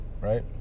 right